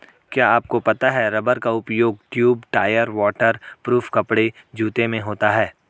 क्या आपको पता है रबर का उपयोग ट्यूब, टायर, वाटर प्रूफ कपड़े, जूते में होता है?